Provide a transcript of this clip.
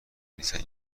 نیستند